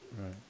right